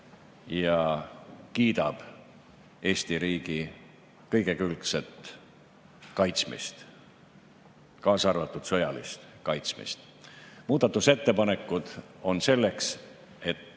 ja kiidab Eesti riigi kõigekülgset kaitsmist, kaasa arvatud sõjalist kaitsmist. Muudatusettepanekud on selleks, et